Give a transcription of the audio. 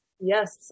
Yes